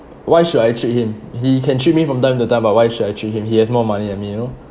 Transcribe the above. why should I treat him he can treat me from time to time but why should I treat him he has more money than me you know